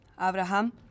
Abraham